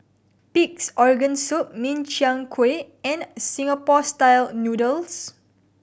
Pig's Organ Soup Min Chiang Kueh and Singapore Style Noodles